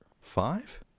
five